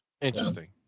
Interesting